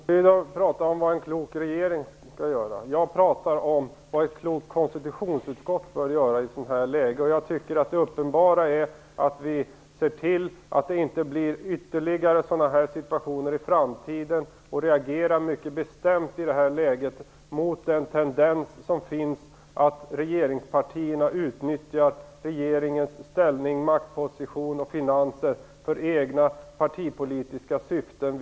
Herr talman! Björn von Sydow pratar om vad en klok regering skall göra. Jag pratar om vad ett klokt konstitutionsutskott bör göra i ett sådant här läge. Det är uppenbart att vi måste se till att det inte blir ytterligare sådana här situationer i framtiden och att vi i det här läget måste reagera mycket bestämt mot den tendens som finns till att regeringspartierna vid allmänna val eller folkomröstningar inte utnyttjar regeringens ställning, maktposition och finanser för egna partipolitiska syften.